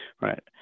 Right